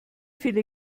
viele